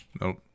Nope